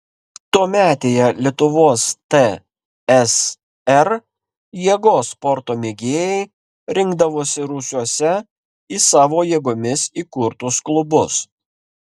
tuometėje lietuvos tsr jėgos sporto mėgėjai rinkdavosi rūsiuose į savo jėgomis įkurtus klubus